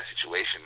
situation